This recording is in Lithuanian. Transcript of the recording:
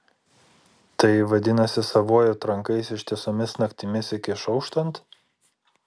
tai vadinasi savuoju trankaisi ištisomis naktimis iki išauštant